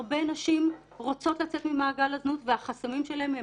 הרבה נשים רוצות לצאת ממעגל הזנות והחסמים שלהן הם